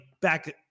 back